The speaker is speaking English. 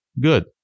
Good